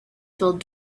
filled